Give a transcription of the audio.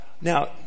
now